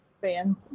fans